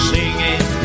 Singing